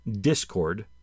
Discord